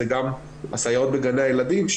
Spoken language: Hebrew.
זה גם הסייעות בגני הילדים,